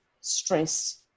stress